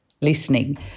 listening